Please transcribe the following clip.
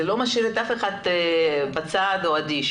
זה לא משאיר את אף אחד בצד או אדיש.